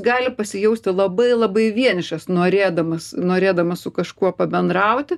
gali pasijausti labai labai vienišas norėdamas norėdamas su kažkuo pabendrauti